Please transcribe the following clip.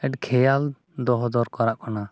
ᱟᱹᱰᱤ ᱠᱷᱮᱭᱟᱞ ᱫᱚᱦᱚ ᱫᱚᱨᱠᱟᱨᱚᱜ ᱠᱟᱱᱟ